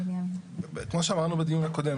כמו שאמרנו בדיון הקודם,